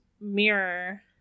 mirror